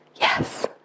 Yes